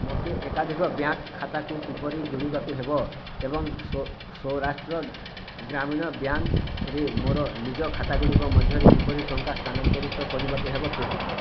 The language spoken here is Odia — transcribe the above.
ମୋତେ ଏକାଧିକ ବ୍ୟାଙ୍କ୍ ଖାତାକୁ କିପରି ଯୋଡ଼ିବାକୁ ହେବ ଏବଂ ସୌରାଷ୍ଟ୍ର ଗ୍ରାମୀଣ ବ୍ୟାଙ୍କ୍ରେ ମୋର ନିଜ ଖାତାଗୁଡ଼ିକ ମଧ୍ୟରେ କିପରି ଟଙ୍କା ସ୍ଥାନାନ୍ତରିତ କରିବାକୁ ହେବ କୁହ